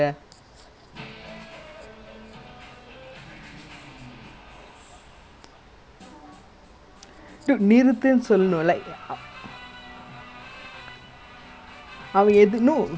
that's why like even like the haresh [one] right if it was me right like how to say like okay maybe it's fun for the funny for the first one minute less than that but once like pain right I will legit just like I don't care who is it I will just slap them and ask them to stop